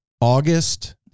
August